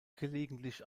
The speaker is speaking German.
gelegentlich